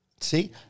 See